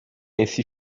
ainsi